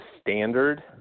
standard